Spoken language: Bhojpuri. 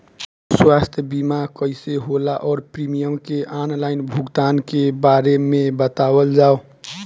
स्वास्थ्य बीमा कइसे होला और प्रीमियम के आनलाइन भुगतान के बारे में बतावल जाव?